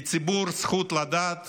לציבור הזכות לדעת